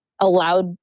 allowed